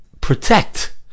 protect